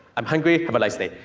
i'm hungry, have a nice day.